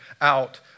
out